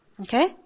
Okay